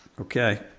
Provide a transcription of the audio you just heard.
okay